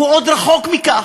הוא עוד רחוק מכך,